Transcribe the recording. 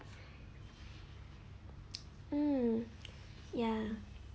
um ya